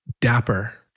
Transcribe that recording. Dapper